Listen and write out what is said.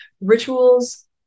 rituals